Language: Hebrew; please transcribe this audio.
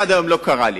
עד היום זה לא קרה לי.